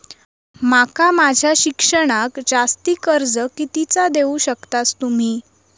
माका माझा शिक्षणाक जास्ती कर्ज कितीचा देऊ शकतास तुम्ही?